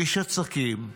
איש עסקים,